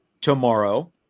tomorrow